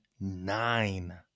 nine